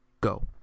go